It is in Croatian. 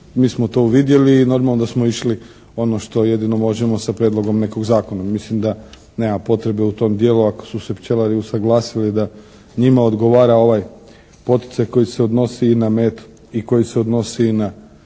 Mi smo to uvidjeli i normalno da smo išli ono što jedino možemo sa prijedlogom nekog zakona. Mislim da nema potrebe u tom dijelu ako su se pčelari usaglasili da njima odgovara ovaj poticaj koji se odnosi i na med i koji se odnosi i na